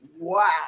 wow